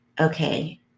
okay